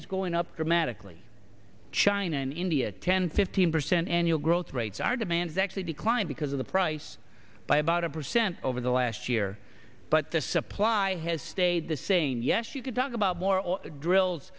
is going up dramatically china in india ten fifteen percent annual growth rates are demands actually declined because of the price by about a percent over the last year but the supply has stayed the same yes you could talk about more oil drills